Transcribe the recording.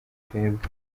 twebwe